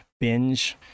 binge